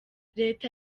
reta